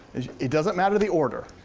it doesn't matter the order.